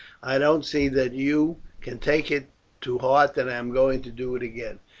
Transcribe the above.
i don't see that you can take it to heart that i am going to do it again,